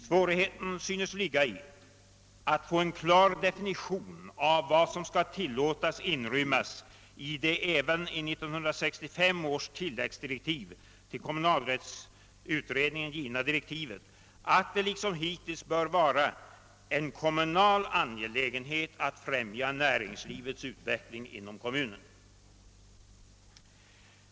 Svårigheten synes ligga i att få en klar definition av vad som skall tillåtas inrymmas i det även i 1965 års tilläggsdirektiv till kommunalrättsutredningen givna direktivet, att det liksom hittills bör vara »en kommunal angelägenhet att främja näringslivets utveckling inom kommunen».